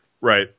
Right